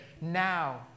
now